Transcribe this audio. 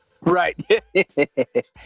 Right